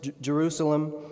Jerusalem